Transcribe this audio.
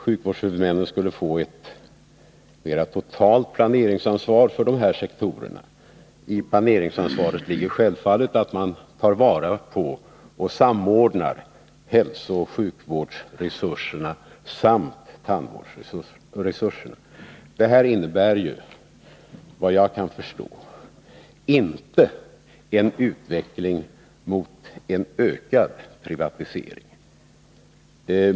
Sjukvårdshuvudmännen skulle få ett mer totalt planeringsansvar för de här sektorerna. I planeringsansvaret ligger självfallet att man tar vara på och samordnar hälsooch sjukvårdsresurserna samt tandvårdsresurserna. Det här innebär, såvitt jag kan förstå, inte en utveckling mot en ökad privatisering.